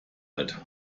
alt